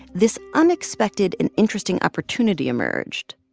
this unexpected an interesting opportunity emerged.